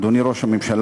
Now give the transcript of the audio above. אדוני ראש הממשלה,